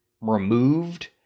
removed